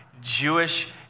Jewish